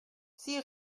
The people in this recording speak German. sie